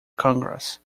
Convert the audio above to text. congress